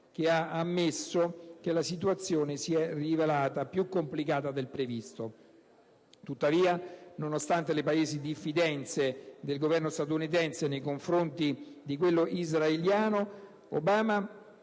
che ha ammesso che la situazione si è rivelata più complicata del previsto. Tuttavia, nonostante le palesi diffidenze del Governo statunitense nei confronti di quello israeliano, Obama